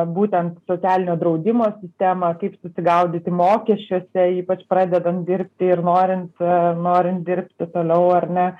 būtent socialinio draudimo sistemą kaip susigaudyti mokesčiuose ypač pradedant dirbti ir norint norint dirbti toliau ar ne